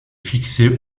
fixée